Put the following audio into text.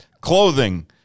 clothing